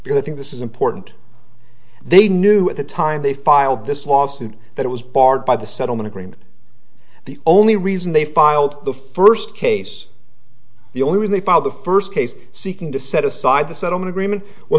because i think this is important they knew at the time they filed this lawsuit that it was barred by the settlement agreement the only reason they filed the first case the only reason they filed the first case seeking to set aside the settlement agreement well